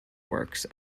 works